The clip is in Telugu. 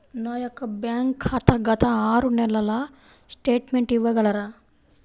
నా యొక్క బ్యాంక్ ఖాతా గత ఆరు నెలల స్టేట్మెంట్ ఇవ్వగలరా?